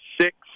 six